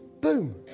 Boom